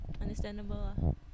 understandable